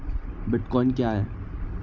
Bitcoin क्या है?